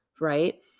right